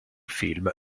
film